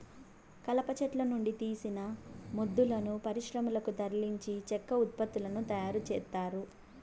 కలప చెట్ల నుండి తీసిన మొద్దులను పరిశ్రమలకు తరలించి చెక్క ఉత్పత్తులను తయారు చేత్తారు